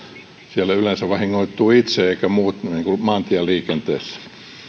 siellä yleensä vahingoittuu itse eivätkä muut niin kuin maantieliikenteessä